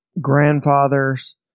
grandfathers